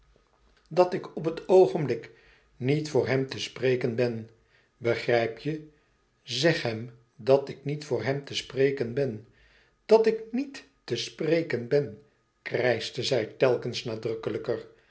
dat ik op het oogenblik niet voor hem te spreken ben begrijp je zeg hem dat ik niet voor hem te spreken ben dat ik niet te spreken ben krijschte zij telkens nadrukkelijker zij